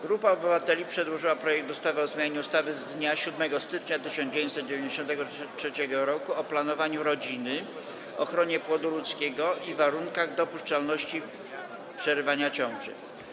Grupa obywateli przedłożyła projekt ustawy o zmianie ustawy z dnia 7 stycznia 1993 r. o planowaniu rodziny, ochronie płodu ludzkiego i warunkach dopuszczalności przerywania ciąży.